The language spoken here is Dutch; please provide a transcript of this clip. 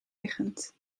liggend